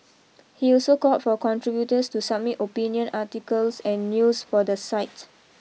he also called for contributors to submit opinion articles and news for the site